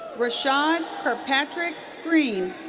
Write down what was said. rashad kirpatrick greene.